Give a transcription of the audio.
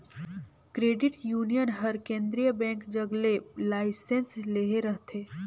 credit union हर केंद्रीय bank जग ले लाइसेंस लेहे रहथे